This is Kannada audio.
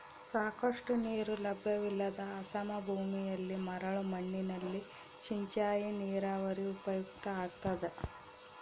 ಸಾಕಷ್ಟು ನೀರು ಲಭ್ಯವಿಲ್ಲದ ಅಸಮ ಭೂಮಿಯಲ್ಲಿ ಮರಳು ಮಣ್ಣಿನಲ್ಲಿ ಸಿಂಚಾಯಿ ನೀರಾವರಿ ಉಪಯುಕ್ತ ಆಗ್ತದ